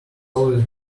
always